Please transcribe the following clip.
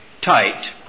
tight